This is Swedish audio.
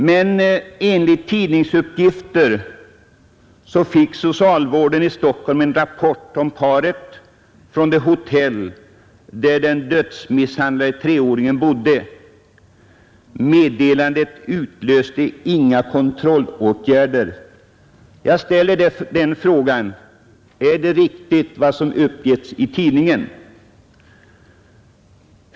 Men enligt tidningsuppgifter fick socialvården i Stockholm en rapport om paret från det hotell där den dödsmisshandlade treåringen bodde. Meddelandet utlöste inga kontrollåtgärder. Jag ställer den frågan: Är det riktigt vad som uppgetts i tidningen?